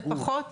זה פחות